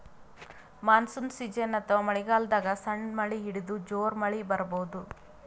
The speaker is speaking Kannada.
ಮಾನ್ಸೂನ್ ಸೀಸನ್ ಅಥವಾ ಮಳಿಗಾಲದಾಗ್ ಸಣ್ಣ್ ಮಳಿ ಹಿಡದು ಜೋರ್ ಮಳಿ ಬರಬಹುದ್